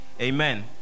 amen